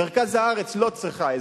מרכז הארץ לא צריך עזרה?